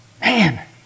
Man